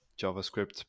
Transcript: javascript